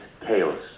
chaos